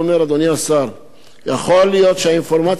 יכול להיות שהאינפורמציה שבידי מוטעית